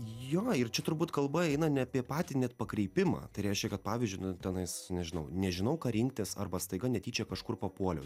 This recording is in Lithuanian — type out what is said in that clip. jo ir čia turbūt kalba eina ne apie patį net pakreipimą tai reiškia kad pavyzdžiui nu tenais nežinau nežinau ką rinktis arba staiga netyčia kažkur papuoliau